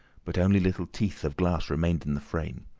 but only little teeth of glass remained in the frame.